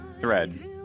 thread